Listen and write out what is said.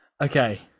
Okay